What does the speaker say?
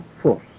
force